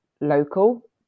local